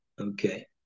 okay